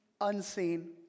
unseen